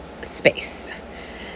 space